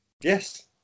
Yes